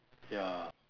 ya